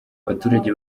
abaturage